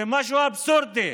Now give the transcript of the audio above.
זה משהו אבסורדי,